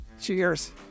Cheers